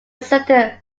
certain